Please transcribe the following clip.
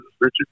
Richard